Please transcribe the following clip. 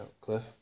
Cliff